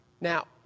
Now